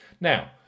Now